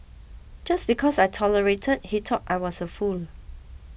just because I tolerated he thought I was a fool